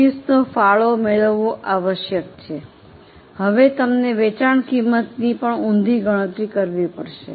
30 નો ફાળો મેળવવું આવશ્યક છે હવે તમને વેચાણ કિંમતની પણ ઉંધી ગણતરી કરવી પડશે